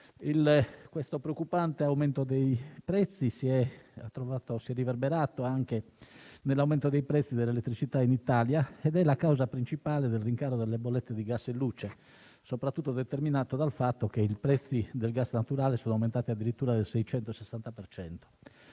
Il preoccupante aumento dei prezzi si è riverberato anche nell'aumento dei prezzi dell'elettricità in Italia ed è la causa principale del rincaro delle bollette di gas e luce, soprattutto determinato dal fatto che i prezzi del gas naturale sono aumentati addirittura del 660